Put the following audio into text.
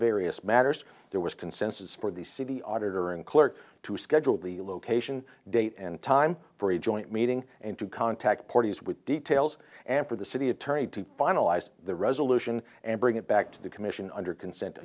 various matters there was consensus for the city auditor and clerk to schedule the location date and time for a joint meeting and to contact parties with details and for the city attorney to finalize the resolution and bring it back to the commission under consent